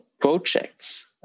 projects